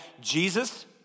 Jesus